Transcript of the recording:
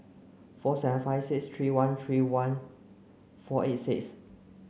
four seven five six three one three one four eight six